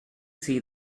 see